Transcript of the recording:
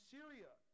Syria